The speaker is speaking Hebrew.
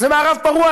זה מערב פרוע.